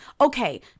Okay